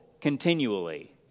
continually